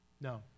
No